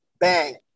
bang